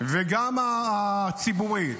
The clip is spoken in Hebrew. וגם הציבורית